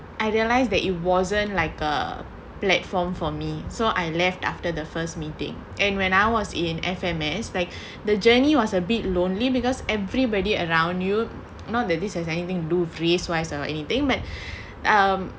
I realise that it wasn't like a platform for me so I left after the first meeting and when I was in F_M_S like the journey was a bit lonely because everybody around you not that this has anything do face wise or anything but um